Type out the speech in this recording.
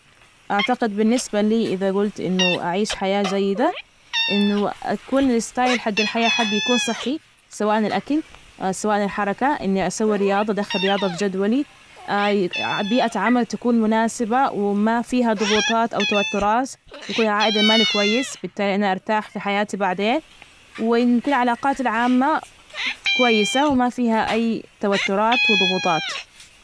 أعتقد بالنسبة لي إذا جلت إنه أعيش حياة جيدة، إنه أكون الستايل حج الحياة حجي يكون صحي، سواء الأكل سواء الحركة إني أسوي رياضة، أدخل رياضة في جدولي، إي بيئة عمل تكون مناسبة وما فيها ضغوطات أو توترات، يكون العائد المالي كويس، بالتالي أنا أرتاح في حياتي بعدين، وإن تكون العلاقات العامة كويسة وما فيها أي توترات وضغوطات.